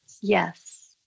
yes